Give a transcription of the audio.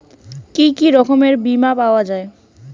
কি কি রকমের বিমা পাওয়া য়ায়?